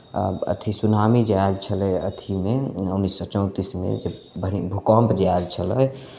अथि सुनामी जे आयल छलय अथिमे उन्नैस सए चौंतिसमे बड़ी भूकम्प जे आयल छलय